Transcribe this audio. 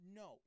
no